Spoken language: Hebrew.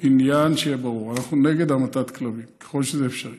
שיהיה ברור, אנחנו נגד המתת כלבים, ככל שזה אפשרי.